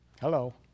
Hello